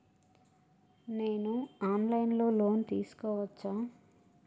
నేను online లో loan తీసుకోవచ్చా?